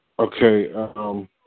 Okay